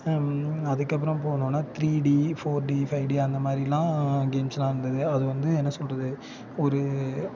அதுக்கப்புறம் போனோம்னா three D four D five D அந்த மாதிரிலாம் கேம்ஸ்லாம் இருந்தது அது வந்து என்ன சொல்கிறது ஒரு